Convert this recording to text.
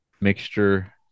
mixture